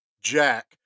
Jack